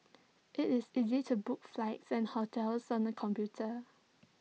IT is easy to book flights and hotels on the computer